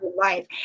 life